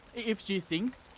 if she sinks,